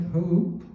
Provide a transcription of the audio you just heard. hope